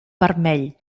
vermell